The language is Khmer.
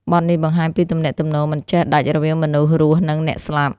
បទនេះបង្ហាញពីទំនាក់ទំនងមិនចេះដាច់រវាងមនុស្សរស់ និងអ្នកស្លាប់។